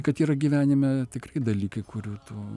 kad yra gyvenime tikrai dalykai kurių tu